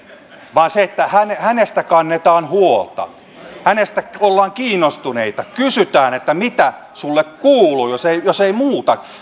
vaan sitä että hänestä kannetaan huolta hänestä ollaan kiinnostuneita kysytään että mitä sulle kuuluu jos ei muuta